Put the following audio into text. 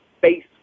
face